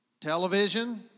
television